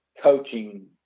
coaching